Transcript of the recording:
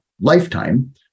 lifetime